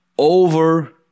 Over